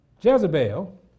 Jezebel